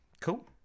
cool